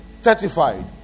Certified